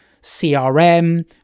CRM